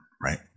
right